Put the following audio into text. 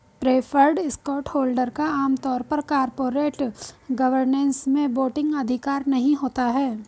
preferred stockholder का आम तौर पर कॉरपोरेट गवर्नेंस में वोटिंग अधिकार नहीं होता है